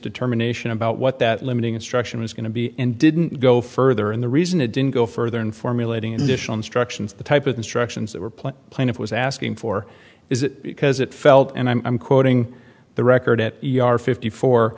determination about what that limiting instruction was going to be and didn't go further in the reason it didn't go further in formulating in additional instructions the type of instructions that were planned plaintiff was asking for is it because it felt and i'm quoting the record it fifty four